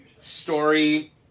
Story